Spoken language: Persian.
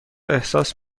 احساس